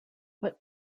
but